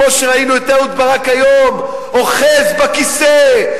כמו שראינו את אהוד ברק היום אוחז בכיסא,